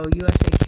USA